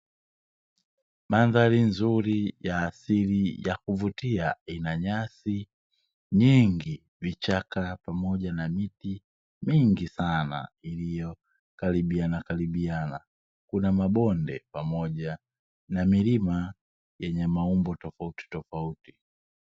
Mandhari nzuri ya asili ya kuvutia ina nyasi nyingi, vichaka pamoja na miti mingi sana iliyokaribiana karibiana. Kuna mabonde pamoja na milima yenye maumbo tofautitofauti.